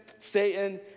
Satan